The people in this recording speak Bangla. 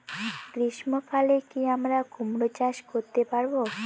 গ্রীষ্ম কালে কি আমরা কুমরো চাষ করতে পারবো?